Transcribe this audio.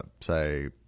say